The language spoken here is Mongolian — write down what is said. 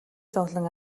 зовлон